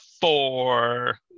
four